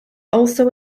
also